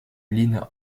line